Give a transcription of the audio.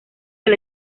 del